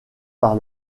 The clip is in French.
par